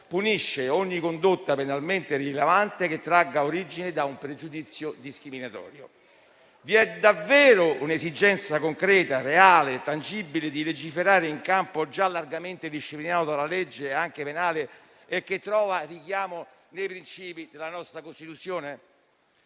punisce ogni condotta penalmente rilevante che tragga origine da un pregiudizio discriminatorio. Vi è davvero un'esigenza concreta, reale e tangibile di legiferare in un campo già largamente disciplinato dalla legge anche penale e che trova richiamo nei principi della nostra Costituzione?